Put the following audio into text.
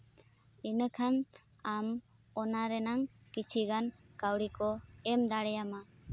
ᱤᱱᱟᱹᱠᱷᱟᱱ ᱟᱢ ᱚᱱᱟ ᱨᱮᱱᱟᱝ ᱠᱤᱪᱷᱤᱜᱟᱱ ᱠᱟᱹᱣᱰᱤ ᱠᱚ ᱮᱢ ᱫᱟᱲᱮᱭᱟᱢᱟ